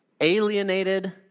alienated